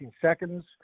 seconds